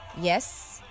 Yes